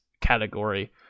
category